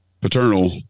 paternal